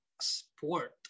Sport